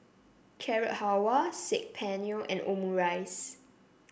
Carrot Halwa Saag Paneer and Omurice